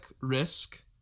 risk